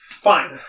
Fine